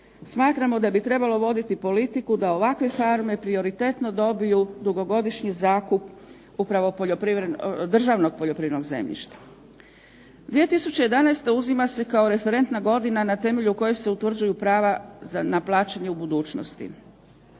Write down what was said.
smatramo da bi trebalo voditi politiku da ovakve farme prioritetno dobiju dugogodišnji zakup upravo državnog poljoprivrednog zemljišta. 2011. uzima se kao referentna godina na temelju koje se utvrđuju prava na plaćanje u budućnosti.